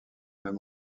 même